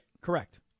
Correct